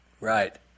Right